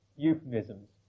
euphemisms